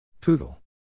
Poodle